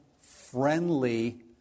friendly